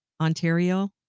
Ontario